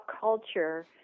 culture